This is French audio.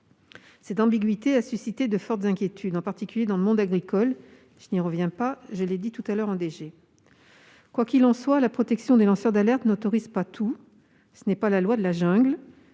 Ces ambiguïtés ont suscité de fortes inquiétudes, en particulier dans le monde agricole- je n'y reviens pas. Quoi qu'il en soit, la protection des lanceurs d'alerte n'autorise pas tout : ce n'est pas la loi de la jungle